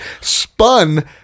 spun